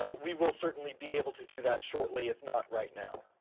ah we will certainly be able to do that shortly, if not right now.